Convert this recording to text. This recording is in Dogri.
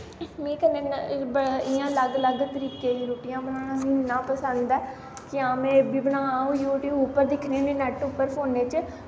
मीं कन्नै बड़ा इ'यां अलग अलग तरीके दी रुट्टियां बनाना मिगी इन्ना पसंद ऐ कि में एह् बी बनां यूट्यूब पर दिक्खनी होन्नी नैट्ट उप्पर फोनै च